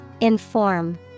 Inform